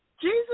Jesus